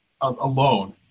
alone